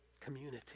community